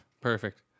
Perfect